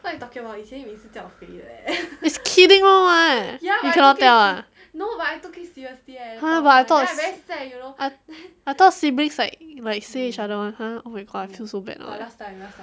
it's kidding one what you cannot tell ah !huh! but I thought I thought siblings like like say each other [one] !huh! my god I feel so bad